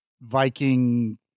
Viking